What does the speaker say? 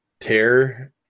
tear